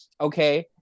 Okay